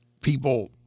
people